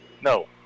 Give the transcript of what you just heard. No